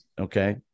Okay